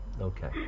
Okay